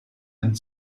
and